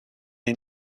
den